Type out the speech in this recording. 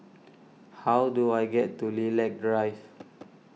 how do I get to Lilac Drive